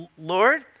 Lord